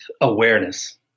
awareness